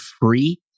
free